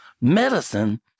Medicine